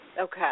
Okay